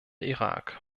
irak